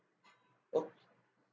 ok